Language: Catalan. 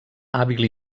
hàbil